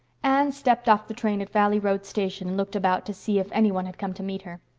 anne stepped off the train at valley road station and looked about to see if any one had come to meet her.